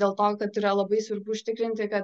dėl to kad yra labai svarbu užtikrinti kad